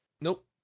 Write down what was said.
Nope